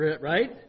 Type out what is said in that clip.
right